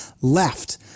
left